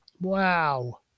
Wow